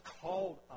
called